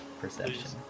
Perception